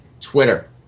Twitter